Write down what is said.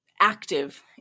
active